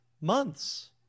months